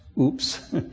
Oops